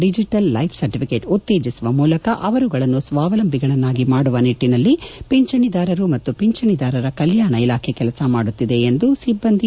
ಡಿಜುಲ್ life certificate ಉತ್ತೇಜಸುವ ಮೂಲಕ ಆವರುಗಳನ್ನು ಸ್ಥಾವಲಂಬಿಗಳನ್ನಾಗಿ ಮಾಡುವ ನಿಟ್ಟನಲ್ಲಿ ಪಿಂಚಣಿದಾರರು ಮತ್ತು ಪಿಂಚಣಿದಾರರ ಕಲ್ಕಾಣ ಇಲಾಖೆ ಕೆಲಸ ಮಾಡುತ್ತಿದೆ ಎಂದು ಸಿಬ್ಬಂದಿ